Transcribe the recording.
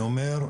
אני אומר,